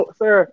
sir